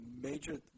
major